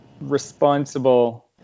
responsible